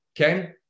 Okay